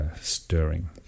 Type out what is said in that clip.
stirring